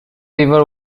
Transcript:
river